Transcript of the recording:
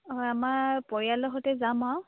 হয় আমাৰ পৰিয়ালৰ সৈতে যাম আৰু